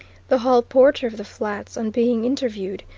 the hall porter of the flats, on being interviewed,